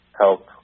help